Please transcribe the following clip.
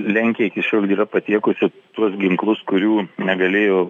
lenkija iki šiol yra patiekusi tuos ginklus kurių negalėjo